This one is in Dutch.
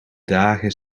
dagen